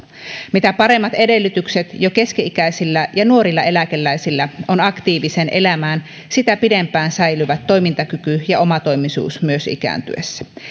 mitä paremmat edellytykset jo keski ikäisillä ja nuorilla eläkeläisillä on aktiiviseen elämään sitä pidempään säilyvät toimintakyky ja omatoimisuus myös ikääntyessä